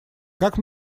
как